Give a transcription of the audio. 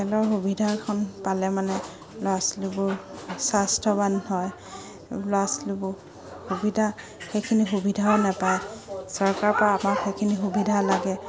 খেলৰ সুবিধাখন পালে মানে ল'ৰা ছোৱালীবোৰ স্বাস্থ্যৱান হয় ল'ৰা ছোৱালীবোৰ সুবিধা সেইখিনি সুবিধাও নাপায় চৰকাৰৰ পৰা আমাক সেইখিনি সুবিধা লাগে